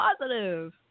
positive